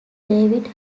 david